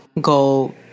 go